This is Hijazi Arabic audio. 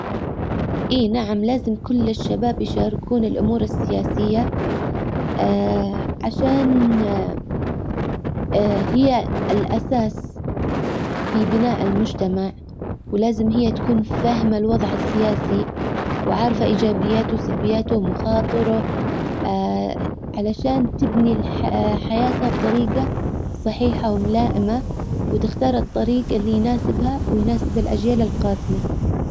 اي نعم لازم كل الشباب يشاركون الامور السياسية عشان هي الاساس في بناء المجتمع. ولازم هي تكون فاهمة الوضع السياسي. وعارفة ايجابياته وسلبياته ومخاطره علشان تبني حياتها بطريجة صحيحة وملائمة وتختار الطريج اللي يناسبها ويناسب الاجيال القادمة.